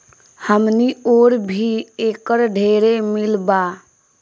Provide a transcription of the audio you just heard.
हमनी ओर भी एकर ढेरे मील बा